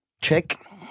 check